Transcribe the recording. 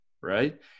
Right